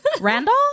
Randall